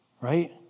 right